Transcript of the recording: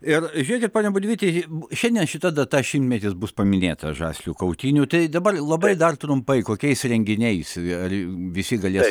ir žiūrėkit pone budvyti šiandien šita data šimtmetis bus paminėta žaslių kautynių tai dabar labai dar trumpai kokiais renginiais ar visi galės